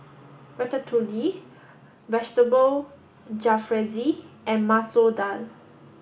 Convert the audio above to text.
Ratatouille Vegetable Jalfrezi and Masoor Dal